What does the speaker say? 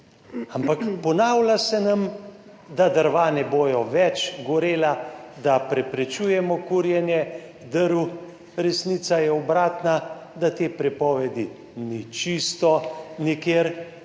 Ampak ponavlja se nam, da drva ne bodo več gorela, da preprečujemo kurjenje drv. Resnica je obratna, da te prepovedi ni čisto nikjer, da